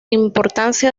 importancia